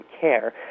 care